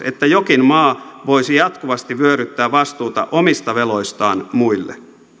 että jokin maa voisi jatkuvasti vyöryttää vastuuta omista veloistaan muille